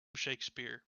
shakespeare